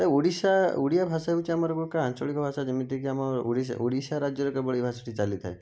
ଏ ଓଡ଼ିଶା ଓଡ଼ିଆ ଭଷା ହେଉଛି ଆମର ଏକ ପ୍ରକାର ଆଞ୍ଚଳିକ ଭାଷା ଯେମିତିକି ଆମ ଓଡ଼ିଶା ଓଡ଼ିଶା ରାଜ୍ୟର କେବଳ ଏହି ଭାଷାଟି ଚାଲିଥାଏ